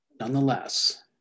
Nonetheless